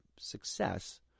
success